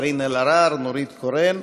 קארין אלהרר ונורית קורן.